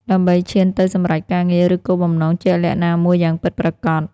ដើម្បីឈានទៅសម្រេចការងារ ឫគោលបំណងជាក់លាក់ណាមួយយ៉ាងពិតប្រាកដ។